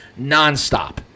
nonstop